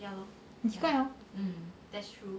well know that's true